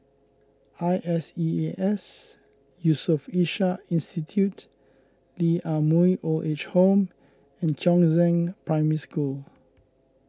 I S E A S Yusof Ishak Institute Lee Ah Mooi Old Age Home and Chongzheng Primary School